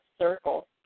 circle